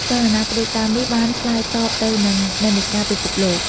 ចលនាផ្តួចផ្តើមនេះបានឆ្លើយតបទៅនឹងនិន្នាការពិភពលោក។